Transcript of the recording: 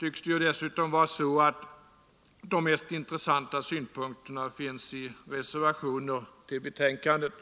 tycks det ju dessutom vara så att de mest intressanta synpunkterna finns i reservationer till betänkandet.